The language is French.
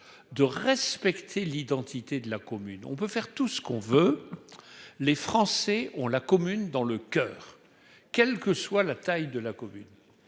de respecter l'identité de la commune, on peut faire tout ce qu'on veut, les Français ont la commune dans le coeur, quelle que soit la taille de la commune